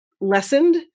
lessened